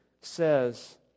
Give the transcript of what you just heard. says